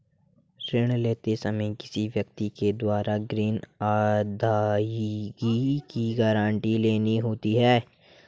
ऋण लेते समय किसी व्यक्ति के द्वारा ग्रीन अदायगी की गारंटी लेनी होती है